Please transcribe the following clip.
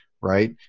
right